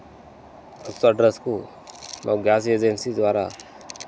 first అడ్రస్కు మా gas agency ద్వారా